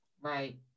Right